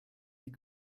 die